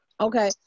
Okay